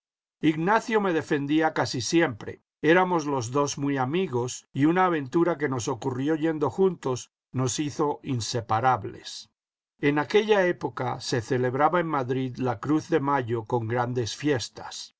ignacio me defendía casi siempre éramos los dos muy amigos y una aventura que nos ocurrió yendo juntos nos hizo inseparables en aquella época se celebraba en madrid la cruz de mayo con grandes fiestas